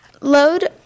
load